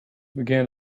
began